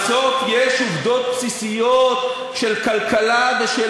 בסוף יש עובדות בסיסיות של כלכלה ושל